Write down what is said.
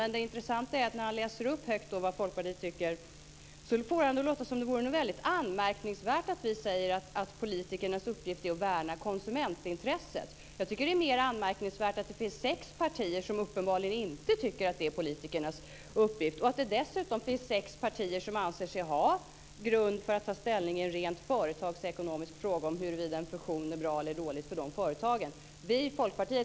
Det intressanta när han högt läser upp vad Folkpartiet tycker är att han får det att låta som något väldigt anmärkningsvärt att vi säger att politikernas uppgift är att värna konsumentintresset. Jag tycker att det är mera anmärkningsvärt att sex partier uppenbarligen inte tycker att det är politikernas uppgift och att dessutom sex partier anser sig ha grund för att ta ställning i en rent företagsekonomisk fråga om huruvida en fusion är bra eller dålig för företagen i fråga.